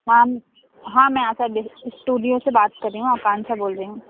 हाँ हाँ मैं आशा स्टूडियो से बात कर रही हूँ आकांशा बोल रही हूँ